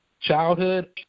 childhood